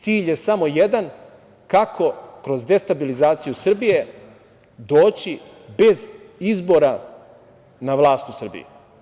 Cilj je samo jedan - kako kroz destabilizaciju Srbije doći bez izbora na vlast u Srbiji.